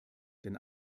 denn